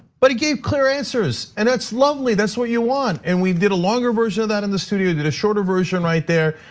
but he gave clear answers and that's lovely, that's what you want. and we did a longer version of that in the studio, did a shorter version right there.